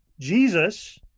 Jesus